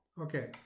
Okay